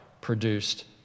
produced